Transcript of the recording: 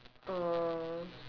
oh